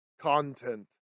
content